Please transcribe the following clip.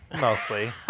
mostly